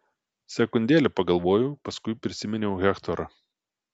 sekundėlę pagalvojau paskui prisiminiau hektorą